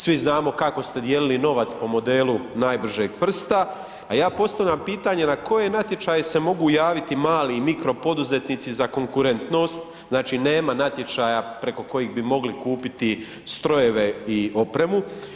Svi znamo kako ste dijelili novac po modelu najbržeg prsta, a ja postavljam pitanje, na koje natječaje se mogu javiti mali, mikropoduzetnici za konkurentnost, znači nema natječaja preko kojih bi mogli kupiti strojeve i opremu.